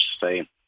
say